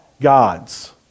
God's